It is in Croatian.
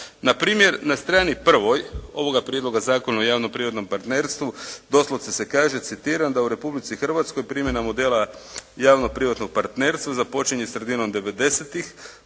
Na primjer na strani 1. ovoga Prijedloga zakona o javno privatnom partnerstvu, doslovce se kaže, citiram: "U Republici Hrvatskoj primjena modela javno privatnog partnerstva započinje sredinom '90.-ih